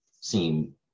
seem